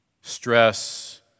stress